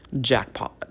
jackpot